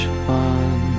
fun